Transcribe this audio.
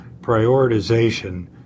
prioritization